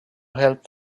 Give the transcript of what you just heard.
help